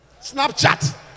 Snapchat